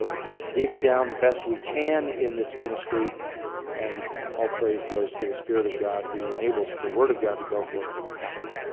we dig down the best we can in this ministry and all praise goes to the spirit of god who enables the word of god to go forth with power.